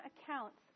accounts